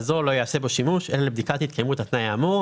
פסקה זו לא יעשה בו שימוש אלא לבדיקת התקיימות התנאי האמור,